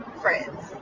friends